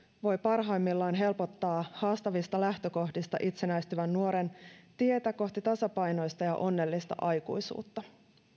voi parhaimmillaan helpottaa haastavista lähtökohdista itsenäistyvän nuoren tietä kohti tasapainoista ja onnellista aikuisuutta